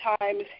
times